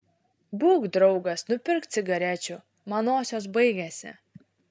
būk draugas nupirk cigarečių manosios baigėsi